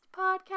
podcast